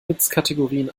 witzkategorien